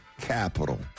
capital